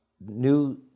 new